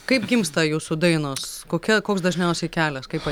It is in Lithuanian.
kaip gimsta jūsų dainos kokia koks dažniausiai kelias kaip